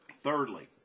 Thirdly